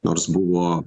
nors buvo